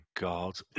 god